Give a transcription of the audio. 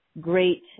great